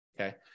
Okay